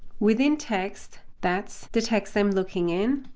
within text, that's the text i'm looking in,